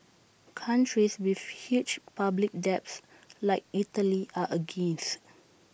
countries with huge public debts like Italy are against